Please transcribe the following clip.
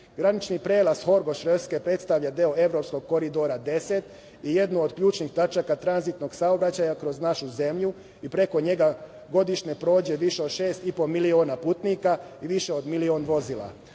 Granični prelaz Horgoš - Reske predstavlja deo evropskog Koridora 10 i jednu od ključnih tačaka tranzitnog saobraćaja kroz našu zemlju i preko njega godišnje prođe više od šest i po miliona putnika i više od milion vozila.U